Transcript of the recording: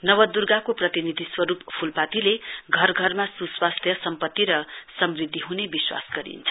नव दुर्गाको प्रतिनिधि स्वरुप फूरपातीले घरघरमा सुस्वास्थ्य सम्पति र समृध्दि ह्ने विश्वास गरिन्छ